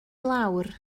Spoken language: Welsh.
lawr